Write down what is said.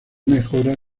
mejoras